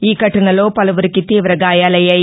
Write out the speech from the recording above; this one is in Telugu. ఈ ఘటనలో పలువురికి త్వీవ గాయాలయ్యాయి